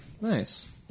Nice